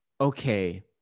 okay